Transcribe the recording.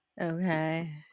Okay